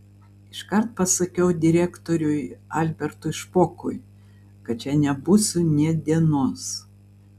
iškart pasakiau direktoriui albertui špokui kad čia nebūsiu nė dienos